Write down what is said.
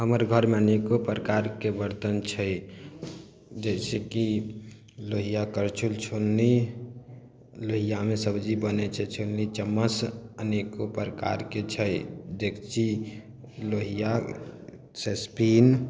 हमर घरमे अनेको प्रकारके बर्तन छै जैसे कि लोहिया करछुल छोलनी लोहियामे सब्जी बनय छै छोलनी चम्मच अनेको प्रकारके छै डेगची लोहिया सॉसपेन